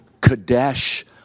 Kadesh